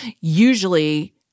Usually